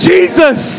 Jesus